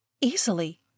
Easily